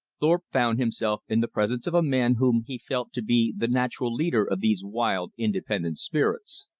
thorpe found himself in the presence of a man whom he felt to be the natural leader of these wild, independent spirits.